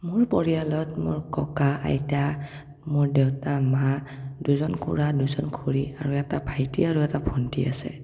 মোৰ পৰিয়ালত মোৰ ককা আইতা মোৰ দেউতা মা দুজন খুৰা দুজন খুৰী আৰু এটা ভাইটি আৰু এটা ভন্টী আছে